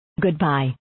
Goodbye